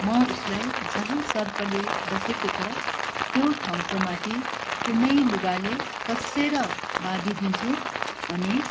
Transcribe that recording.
म उसलाई जहाँ सर्पले डसेको छ त्यो ठाउँको माथि कुनै लुगाले कस्सेर बाँधिदिन्छु अनि